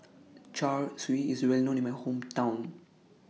Char Siu IS Well known in My Hometown